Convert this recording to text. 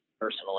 Personally